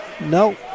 no